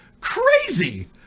Crazy